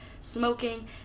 smoking